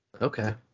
Okay